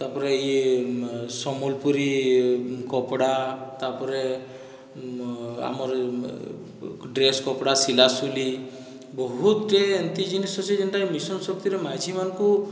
ତାପରେ ଇଏ ସମ୍ବଲପୁରୀ କପଡ଼ା ତାପରେ ଆମର ଡ୍ରେସ କପଡ଼ା ସିଲା ସୁଲି ବହୁତଟେ ଏମିତି ଜିନିଷ ଯେ ଯେନ୍ତାକି ମିସନ ଶକ୍ତିର ମା ଝିଅମାନଙ୍କୁ